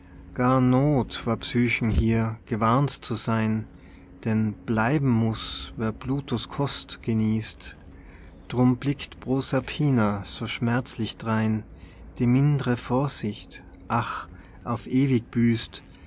psychen hier gewarnt zu sein denn bleiben muß wer pluto's kost genießt drum blickt proserpina so schmerzlich drein die mindre vorsicht ach auf ewig büßt